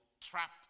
trapped